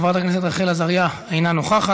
חברת הכנסת רחל עזריה, אינה נוכחת.